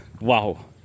wow